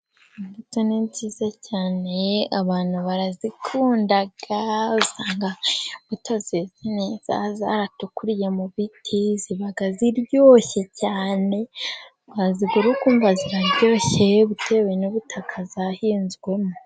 Imbuto ni nziza cyane, abantu barazikunda, usanga imbuto zeze neza, zaratukuriye mu biti, ziba ziryoshye cyane, wazigura ukumva ziraryoshye, bitewe n'ubutaka zahinzwemo.